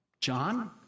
John